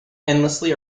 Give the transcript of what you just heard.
endlessly